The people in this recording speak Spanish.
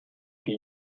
que